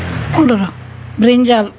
brinjal